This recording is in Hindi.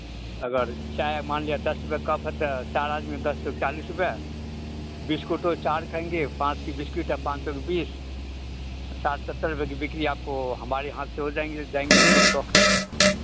अगर चाय मान लिया दस रुपए कप है तो चार आदमी दस चौक चालीस रुपैया बिस्कुट तो चार खाएंगे पाँच की बिस्किट है पाँच चौक बीस साठ सत्तर रुपए की बिक्री आपको हमारे यहाँ से हो जाएंगे जाएंगे हम लोग तो